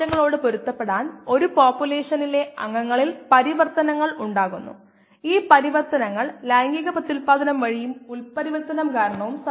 xv0xv110 3103 അതിനാൽ പ്രവർത്തനക്ഷമമായ കോശങ്ങളുടെ സാന്ദ്രത അതിന്റെ യഥാർത്ഥ മൂല്യത്തിന്റെ 0